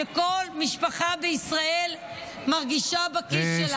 רפורמה שכל משפחה בישראל מרגישה בכיס שלה את החיסכון.